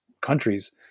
countries